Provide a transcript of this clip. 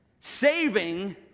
Saving